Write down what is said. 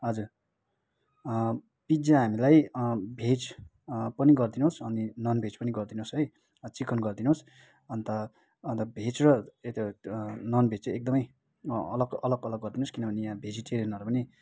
हजुर पिज्जा हामीलाई भेज पनि गरिदिनोस् अनि ननभेज पनि गरिदिनोस् है चिकन गरिदिनोस् अन्त अन्त भेज र त्यो ननभेज चाहिँ एकदमै अलग अलग अलग गरिदिनोस् किनभने यहाँ भेजिटेरियनहरू पनि